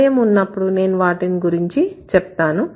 సమయం ఉన్నప్పుడు నేను వాటి గురించి చెప్తాను